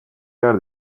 yer